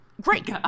Great